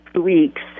weeks